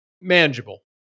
manageable